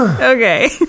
Okay